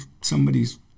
somebody's